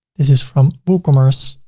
this is from woocommerce.